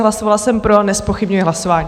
Hlasovala jsem pro a nezpochybňuji hlasování.